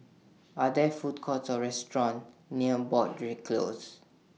Are There Food Courts Or restaurants near Broadrick Close